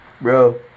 Bro